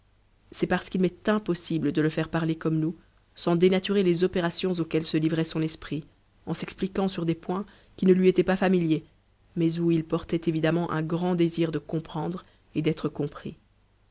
c'est parce qu'il m'est impossible de le faire parler comme nous sans dénaturer les opérations auxquelles se livrait son esprit en s'expliquant sur des points qui ne lui étaient pas familiers mais où il portait évidemment un grand désir de comprendre et d'être compris